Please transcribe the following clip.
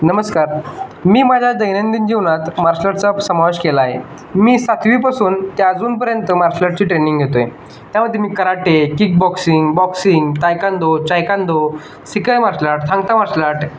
नमस्कार मी माझ्या दैनंदिन जीवनात मार्शल आर्टचा समावेश केला आहे मी सातवीपासून त्या अजूनपर्यंत मार्शल आर्टची ट्रेनिंग घेतो आहे त्यामध्ये मी karate kick boxing boxing taekwondo चायकांदो सिकाई martial art Thangta martial art